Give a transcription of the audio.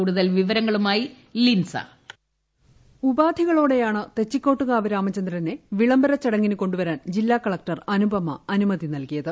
കൂടുതൽ വിവരങ്ങളുമായി ലിൻസ ഉപാധികളോടെയാണ് തെച്ചിക്കോട്ടുകാവ് രാമചന്ദ്രനെ വിളംബര ചടങ്ങിന് കൊണ്ടുവരാൻ ജില്ലാ കലക്ടർ അനുപമ അനുമതി നൽകിയത്